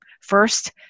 First